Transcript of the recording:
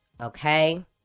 Okay